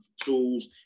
tools